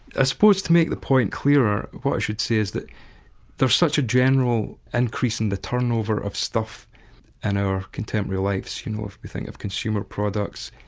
ah suppose to make the point clearer, what i should say is that there's such a general increase in the turnover of stuff in and our contemporary lives, you know, if you think of consumer products,